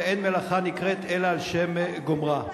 ואין מלאכה נקראת אלא על שם גומרה.